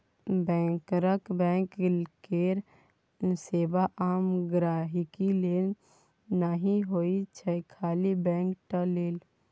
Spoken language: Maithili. बैंकरक बैंक केर सेबा आम गांहिकी लेल नहि होइ छै खाली बैंक टा लेल